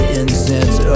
incense